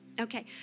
Okay